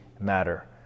matter